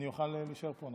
אני יכול להישאר פה?